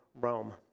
Rome